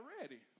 ready